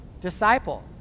disciple